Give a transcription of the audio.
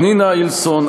פנינה אילסון,